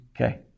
Okay